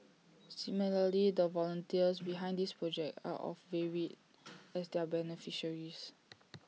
similarly the volunteers behind this project are as varied as their beneficiaries